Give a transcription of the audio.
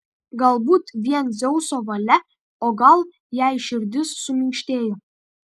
galbūt vien dzeuso valia o gal jai širdis suminkštėjo